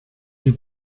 die